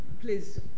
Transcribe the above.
please